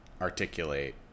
articulate